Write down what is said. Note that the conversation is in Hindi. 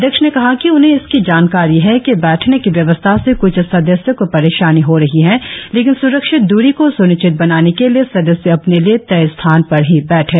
अध्यक्ष ने कहा कि उन्हें इसकी जानकारी है कि बैठने की व्यवस्था से कुछ सदस्यों को परेशानी हो रही है लेकिन स्रक्षित दूरी को स्निश्चित बनाने के लिए सदस्य अपने लिए तय स्थान पर ही बैठें